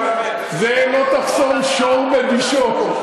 זה לא תחסום שור בדישו.